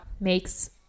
makes